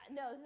no